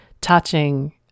touching